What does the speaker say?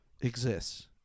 exists